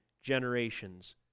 generations